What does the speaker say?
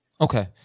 Okay